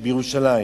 בירושלים.